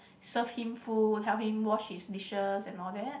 serve him food help him wash his dishes and all that